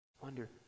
wonder